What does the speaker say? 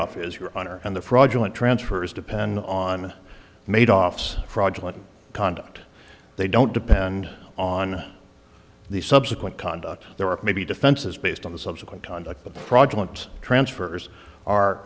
off is your honor and the fraudulent transfers depend on made offs fraudulent conduct they don't depend on the subsequent conduct there are maybe defenses based on the subsequent conduct the project transfers are